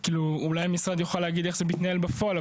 אולי המשרד יוכל להגיד איך זה מתנהל בפועל,